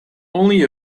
only